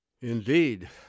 Indeed